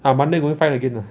I monday go in find again lah